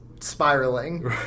spiraling